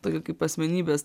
tokio kaip asmenybės